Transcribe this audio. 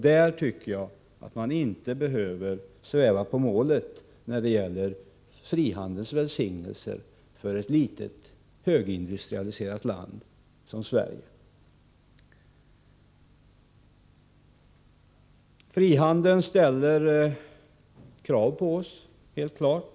Där tycker jag att man inte behöver sväva på målet när det gäller frihandelns välsignelser för ett litet högindustrialiserat land som Sverige. Frihandeln ställer krav på oss, det är helt klart.